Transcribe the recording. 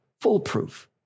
foolproof